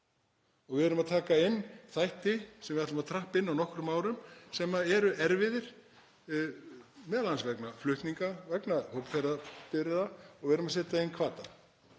Og við erum að taka inn þætti sem við ætlum að trappa inn á nokkrum árum, sem eru erfiðir, m.a. vegna flutninga, vegna hópferðabifreiða, og við erum að setja inn hvata.